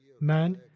Man